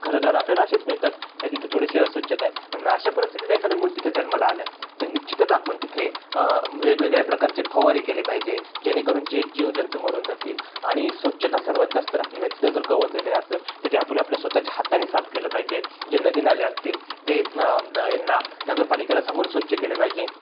घरंदारं आपल्याला असेच मिळतात का तिथे थोडीशी अस्वच्छता आहे मग अशा परिस्थितीत एखादं मुल तिथे जन्माला आलं तर निश्चितच आपण तिथे वेगवेगळ्या प्रकारचे फवारे केले पाहिजे जेणेकरून जे जीवजंतू मरून जातील आणि स्वच्छता सर्वात जास्त राखली पाहिजे त्या जर गवत वगैरे असेल तर ते आपण आपल्या स्वतःच्या हाताने साफ केलं पाहिजे जे नदी नाले असतील ते यांना नगरपालिकेला सांगून स्वच्छ केले पाहिजे